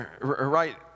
right